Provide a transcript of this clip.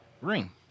ring